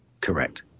Correct